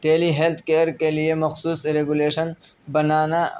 ٹیلی health care کے لیے مخصوص ریگولیشن بنانا